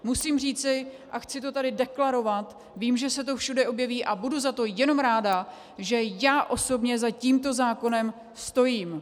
Musím říci, a chci to tady deklarovat, vím, že se to všude objeví, a budu za to jenom ráda, že já osobně za tímto zákonem stojím.